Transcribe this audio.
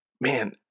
man